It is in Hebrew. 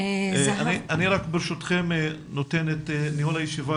אני רק ברשותכם נותן את ניהול הישיבה